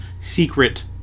secret